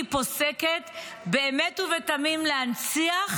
כחניכת מעוז בית"ר, כמפקדת מעוז בית"ר,